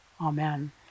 Amen